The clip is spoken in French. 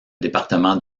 département